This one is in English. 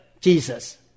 Jesus